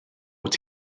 fod